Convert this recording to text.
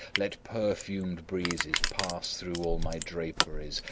let perfumed breezes pass through all my draperies!